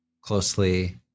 closely